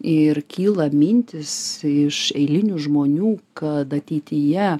ir kyla mintys iš eilinių žmonių kad ateityje